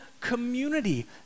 community